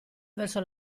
verso